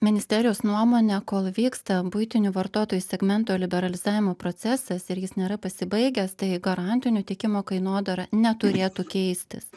ministerijos nuomone kol vyksta buitinių vartotojų segmento liberalizavimo procesas ir jis nėra pasibaigęs tai garantinio tiekimo kainodara neturėtų keistis